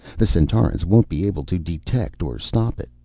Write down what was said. the centaurans won't be able to detect or stop it.